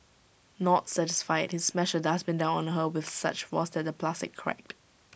not satisfied he smashed A dustbin down on her with such force that the plastic cracked